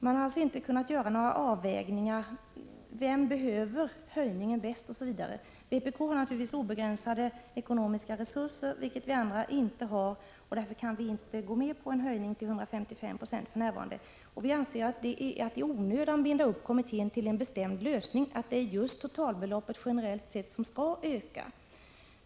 Det har inte gjorts några avvägningar beträffande vem som bäst behöver en höjning. Vpk har naturligtvis obegränsade ekonomiska resurser, men det har inte vi andra, och därför kan vi för närvarande inte gå med på en höjning av studiemedlen till 155 96. Det vore att i onödan binda upp kommittén vid en bestämd lösning, om vi sade att totalbeloppen generellt sett skall öka.